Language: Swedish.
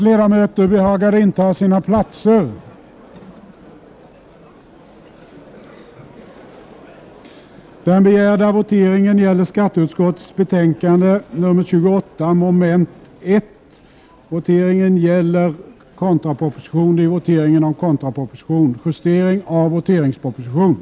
Får jag erinra också Krister Skånberg om att det är skatteutskottets betänkande 20 som vi behandlar, och att det rimligtvis bör vara skattefrågor som tas upp.